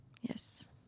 Yes